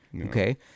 okay